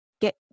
get